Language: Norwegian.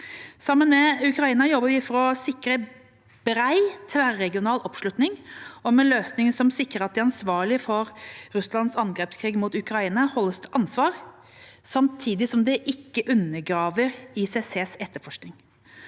Sammen med Ukraina jobber vi for å sikre bred tverregional oppslutning om en løsning som sikrer at de ansvarlige for Russlands angrepskrig mot Ukraina holdes til ansvar, samtidig som det ikke undergraver ICC, Den